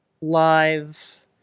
live